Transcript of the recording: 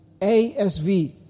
ASV